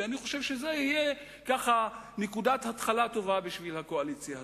ואני חושב שזה יהיה ככה נקודת התחלה טובה בשביל הקואליציה הזאת.